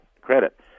credit